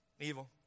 evil